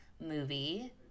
movie